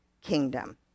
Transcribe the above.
kingdom